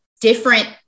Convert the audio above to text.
different